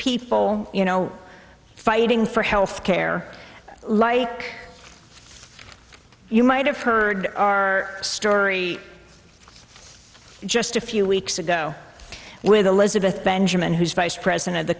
people you know fighting for health care like you might have heard our story just a few weeks ago with elizabeth benjamin who's vice president of the